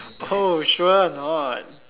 oh sure not